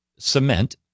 cement